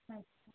اچھا